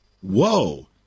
whoa